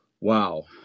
Wow